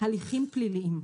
הליכים פליליים).